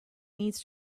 needs